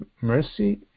mercy